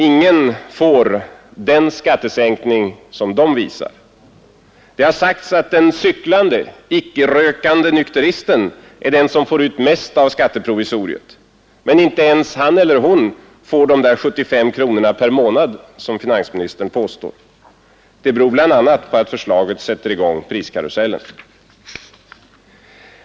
Ingen får den skattesänkning som de visar. Det har sagts att den cyklande, icke-rökande nykteristen är den som får ut mest av skatteprovisoriet — men inte ens han eller hon får de där 75 kronorna per månad som finansministern påstår att man skulle få. Det beror bl.a. på att förslaget sätter i gång priskarusellen.